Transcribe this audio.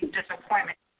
disappointment